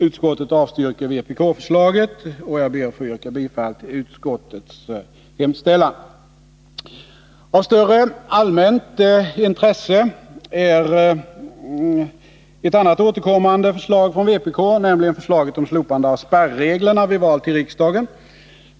Utskottet avstyrker vpk-förslaget, och jag ber att få yrka bifall till utskottets hemställan på den punkten. Av större allmänt intresse är ett annat återkommande förslag från vpk, nämligen förslaget om slopande av spärreglerna vid val till riksdagen.